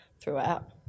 throughout